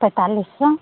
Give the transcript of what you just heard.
पैंतालिस सौ